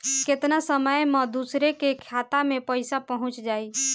केतना समय मं दूसरे के खाता मे पईसा पहुंच जाई?